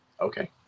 okay